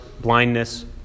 blindness